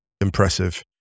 impressive